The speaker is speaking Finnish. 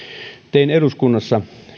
tein eduskunnassa